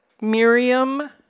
Miriam